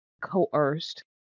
coerced